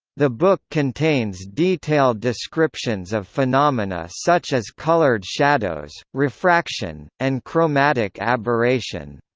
the book contains detailed descriptions of phenomena such as coloured shadows, refraction, and chromatic aberration.